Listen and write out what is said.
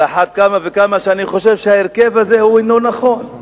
על אחת כמה וכמה כשאני חושב שההרכב הזה הוא אינו נכון,